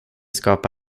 skapa